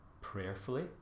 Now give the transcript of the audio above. prayerfully